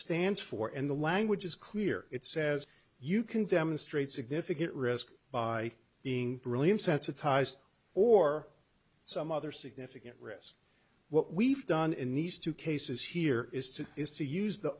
stands for and the language is clear it says you can demonstrate significant risk by being brilliant sensitised or some other significant risk what we've done in these two cases here is to is to use the